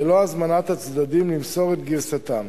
ללא הזמנת הצדדים למסור את גרסתם,